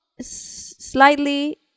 slightly